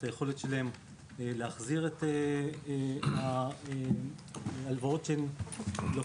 את היכולת שלהן להחזיר את ההלוואות שהן לוקחות.